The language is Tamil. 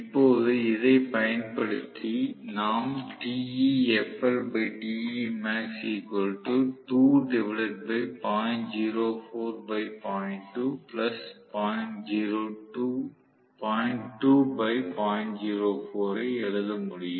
இப்போது இதைப் பயன்படுத்தி நாம் ஐ எழுத முடியும்